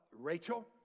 Rachel